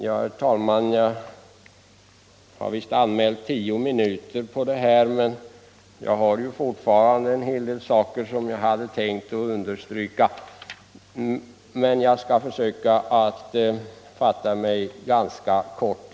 Herr talman! Jag har visst anmält tio minuter för det här anförandet, men jag har fortfarande en hel del saker kvar som jag hade tänkt understryka. Jag skall försöka att fatta mig ganska kort.